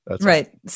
Right